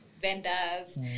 vendors